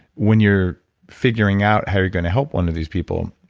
when you're figuring out how you're going to help one of these people,